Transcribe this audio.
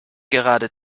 gerade